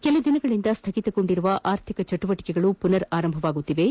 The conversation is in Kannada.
ಕೆಲದಿನಗಳಿಂದ ಸ್ಥಗಿತಗೊಂಡಿರುವ ಆರ್ಥಿಕ ಚಟುವಟಿಕೆಗಳು ಮನರ್ ಆರಂಭಗೊಳ್ಳುತ್ತಿವೆ